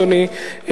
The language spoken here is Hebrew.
אדוני,